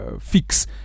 fix